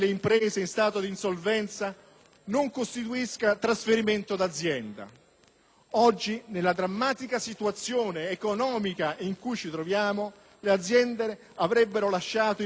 non costituisca trasferimento d'azienda? Oggi, nella drammatica situazione economica in cui ci troviamo, le aziende avrebbero lasciato i lavoratori senza tutela